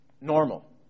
normal